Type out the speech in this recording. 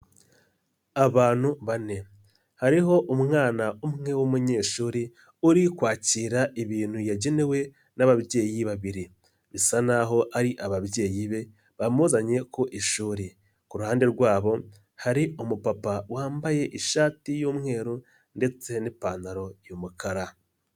Abantu bane. Hariho umwana umwe w'umunyeshuri uri kwakira ibintu yagenewe n'ababyeyi babiri. Bisa naho ari ababyeyi be bamuzanye ku ishuri. Ku ruhande rwabo hari umupapa wambaye ishati y'umweru, ndetse n'ipantaro y'umukara.